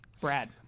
Brad